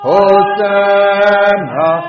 Hosanna